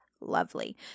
lovely